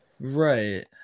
Right